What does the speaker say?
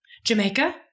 Jamaica